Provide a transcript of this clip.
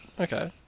Okay